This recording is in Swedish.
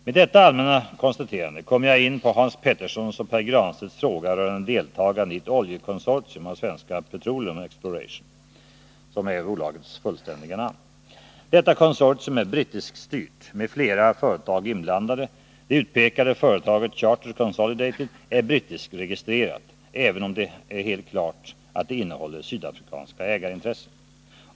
Med detta allmänna konstaterande kommer jag in på Hans Peterssons och Pär Granstedts frågor rörande deltagande i ett oljeletningskonsortium av Svenska Petroleum Exploration, som är bolagets fullständiga namn. Detta konsortium är brittiskstyrt med flera företag inblandade. Det utpekade företaget Charter Consolidated är brittiskregistrerat, även om det är helt klart att det innehåller sydafrikanska ägarintressen.